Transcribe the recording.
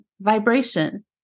vibration